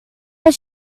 but